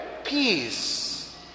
peace